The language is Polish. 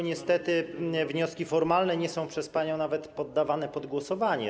Niestety wnioski formalne nie są przez panią nawet poddawane pod głosowanie.